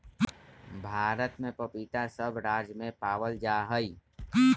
भारत में पपीता सब राज्य में पावल जा हई